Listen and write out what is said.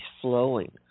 flowing